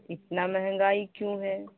اتنا مہنگائی کیوں ہے